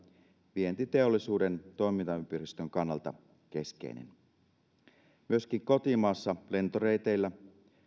vientiteollisuuden toimintaympäristön kannalta keskeisiä myöskin kotimaassa lentoreiteillä